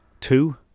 Two